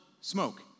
smoke